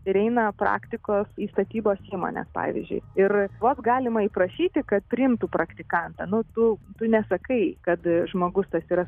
ir eina praktikos į statybos įmones pavyzdžiui ir vos galima įprašyti kad priimtų praktikantą nu tu tu nesakai kad žmogus tas yra